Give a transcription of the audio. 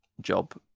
job